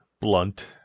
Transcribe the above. blunt